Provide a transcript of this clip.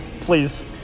please